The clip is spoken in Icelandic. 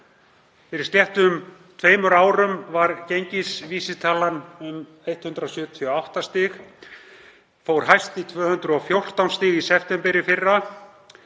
Fyrir sléttum tveimur árum var gengisvísitalan um 178 stig, fór hæst í 214 stig í september í fyrra,